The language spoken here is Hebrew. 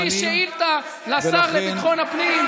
כדי להגיש שאילתה לשר לביטחון הפנים,